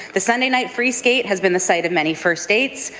the sunday night free skate has been the site of many first dates,